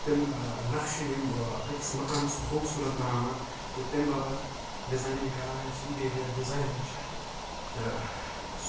تِم نَقشہٕ یِم أکِس مَکانَس خوٗبصورت بَناوان تہٕ تمہِ باپَتھ ڈِزاینِنٛگ کَران یۄس اِنٹیٖریر ڈِزاینِنٛگ چھِ تہٕ